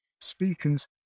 speakers